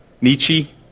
Nietzsche